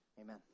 amen